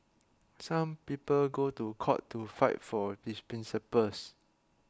some people go to court to fight for these principles